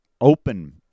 open